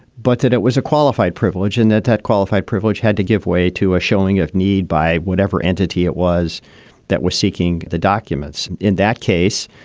but that it was a qualified privilege and that that qualified privilege had to give way to a showing of need by whatever entity it was that was seeking the documents. in that case,